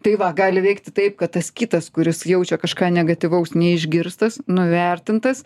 tai va gali veikti taip kad tas kitas kuris jaučia kažką negatyvaus neišgirstas nuvertintas